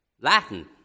Latin